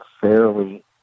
fairly